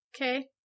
Okay